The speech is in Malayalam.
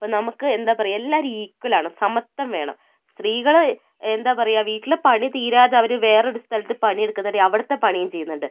അപ്പം നമുക്ക് എന്താ പറയാ എല്ലാവരും ഈക്വൽ ആണ് സമത്വം വേണം സ്ത്രീകൾ എന്താ പറയാ വീട്ടിലെ പണി തീരാതെ അവർ വേറൊരു സ്ഥലത്ത് പണി എടുക്കുന്നുണ്ടേൽ അവിടത്ത പണിയും ചെയ്യുന്നുണ്ട്